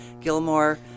Gilmore